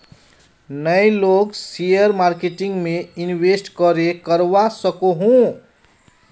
नय लोग share marketing में इंवेस्ट करे करवा सकोहो?